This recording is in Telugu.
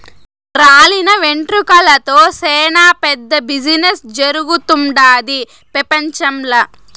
రాలిన వెంట్రుకలతో సేనా పెద్ద బిజినెస్ జరుగుతుండాది పెపంచంల